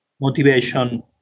Motivation